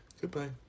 Goodbye